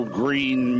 green